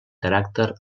caràcter